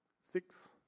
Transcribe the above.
Six